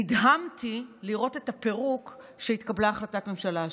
נדהמתי לראות את הפירוק כשהתקבלה החלטת הממשלה השבוע.